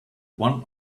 one